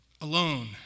alone